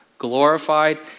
glorified